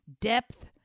depth